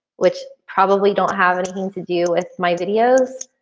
which probably don't have anything to do. it's my videos.